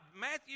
Matthew